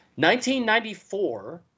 1994